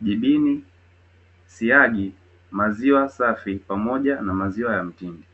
jibini, siagi, maziwa safi pamoja na maziwa ya mtindi.